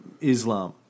Islam